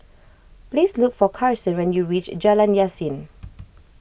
please look for Carson when you reach Jalan Yasin